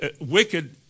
wicked